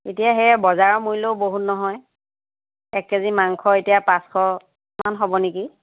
এতিয়া সেয়া বজাৰৰ মূল্য বহুত নহয় এক কেজি মাংস এতিয়া পাঁচশ মান হ'ব নেকি